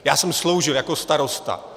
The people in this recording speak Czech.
Já jsem sloužil jako starosta.